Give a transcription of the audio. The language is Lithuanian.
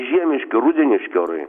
žiemiški rudeniški orai